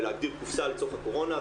ולהגדיר קופסא על הקורונה,